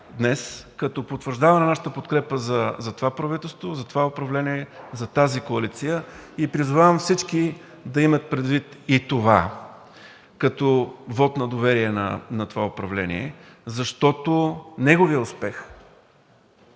като потвърждаване на нашата подкрепа за това правителство, за това управление, за тази коалиция. Призовавам всички да имат предвид това и като вот на доверие на това управление, защото неговият успех